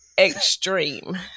extreme